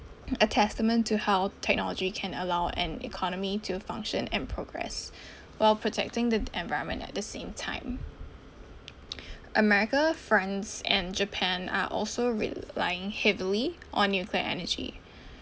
a testament to how technology can allow an economy to function and progress while protecting the environment at the same time america france and japan are also relying heavily on nuclear energy